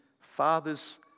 father's